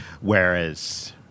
Whereas